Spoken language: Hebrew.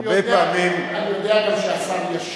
הרבה פעמים, הרבה פעמים, אני יודע גם שהשר ישיב,